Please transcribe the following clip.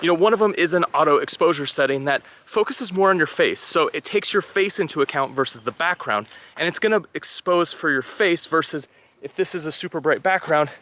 you know one of them is an auto exposure setting that focuses more on your face. so, it takes your face into account the background and it's gonna expose for your face, versus if this is a super bright background,